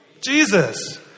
Jesus